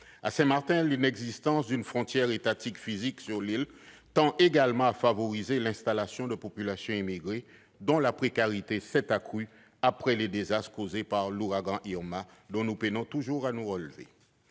À Saint-Martin, l'inexistence d'une frontière étatique physique sur l'île tend à favoriser l'installation de populations immigrées, dont la précarité s'est accrue après les désastres causés par l'ouragan Irma, dont nous peinons toujours à nous relever.